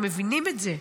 הם מבינים את זה.